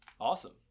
Awesome